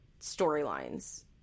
storylines